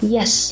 Yes